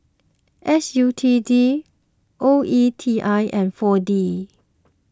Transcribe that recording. S U T D O E T I and four D